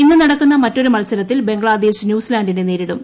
ഇന്ന് നടക്കുന്ന മറ്റൊരു മൽസരത്തിൽ ബംഗ്ലാദേശ് ന്യൂസിലന്റിനെ നേരിടും